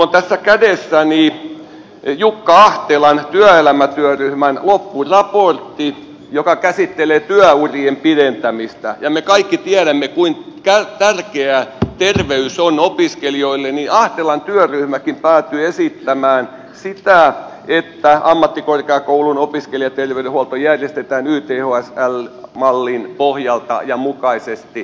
minulla on tässä kädessäni jukka ahtelan työelämätyöryhmän loppuraportti joka käsittelee työurien pidentämistä ja me kaikki tiedämme kuinka tärkeä terveys on opiskelijoille ja ahtelan työryhmäkin pää tyy esittämään sitä että ammattikorkeakoulujen opiskelijaterveydenhuolto järjestetään yths mallin pohjalta ja mukaisesti